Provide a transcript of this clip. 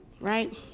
Right